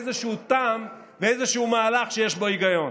מאיזשהו טעם ואיזשהו מהלך שיש בו היגיון.